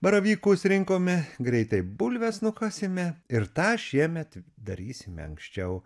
baravykus rinkome greitai bulves nukasėme ir tą šiemet darysime anksčiau